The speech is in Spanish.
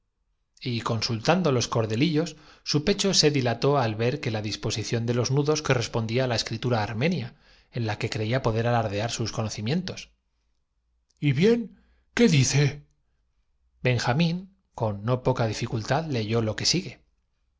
y consultando los cordelillos su pecho se dilató al ver que la disposición de los nudos correspondía á la respetad á la emperatrizordenaba sun ché en escritura armenia en la que creía poder alardear sus chino conocimientos prenda usted á ese señor guindilla balbucea y bien qué dice ba la maritornes señalando al tutor benjamín con no poca dificultad leyó lo que sigue si